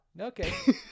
Okay